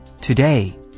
Today